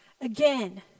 again